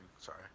Sorry